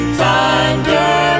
thunder